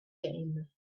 game